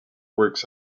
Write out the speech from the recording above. works